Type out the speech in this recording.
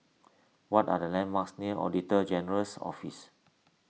what are the landmarks near Auditor General's Office